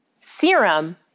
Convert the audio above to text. Serum